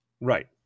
Right